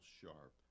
sharp